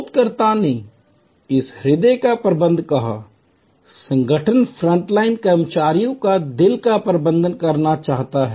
शोधकर्ताओं ने इसे हृदय का प्रबंधन कहा संगठन फ्रंटलाइन कर्मचारियों के दिल का प्रबंधन करना चाहता है